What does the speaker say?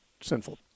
sinful